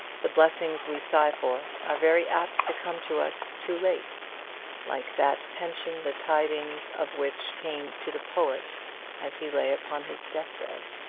the blessings we sigh for are very apt to come to us too late like that pension the tidings of which came to the poet as he lay upon his deathbed.